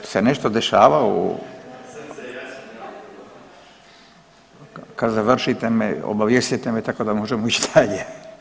Jel se nešto dešava u … [[Upadica se ne razumije.]] kad završite me obavijestite me tako da možemo ići dalje.